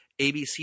abc